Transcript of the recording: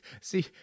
see